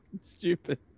stupid